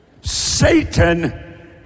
Satan